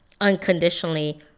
unconditionally